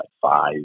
five